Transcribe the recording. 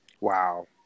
Wow